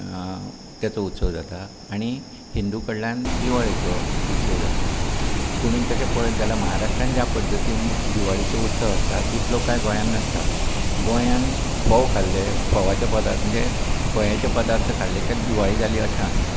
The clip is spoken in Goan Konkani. तेचो उत्सव जाता आनी हिंदू कडल्यान दिवाळीचो उत्सव जाता पुणून तशें पळयत जाल्यार महाराष्ट्रांत ज्या पद्दतीन दिवाळीचो उत्सव आसता तितलो का गोंयान नासता गोंयान फोव खाल्ले फोवाचे पदार्थ म्हणचे फोवाचे पदार्थ खाल्ले म्हणचे दिवाळी जाली अशें आसता